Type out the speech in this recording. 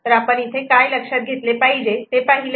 तर आपण इथे काय लक्षात घेतले पाहिजे ते पाहिले